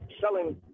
selling